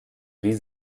wie